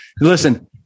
Listen